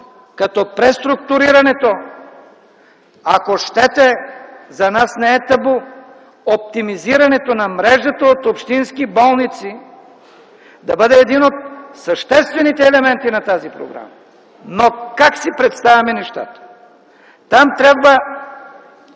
като преструктурирането, ако щете, за нас не е табу. Оптимизирането на мрежата от общински болници да бъде един от съществените елементи на тази програма. Но как си представяме нещата? Там трябва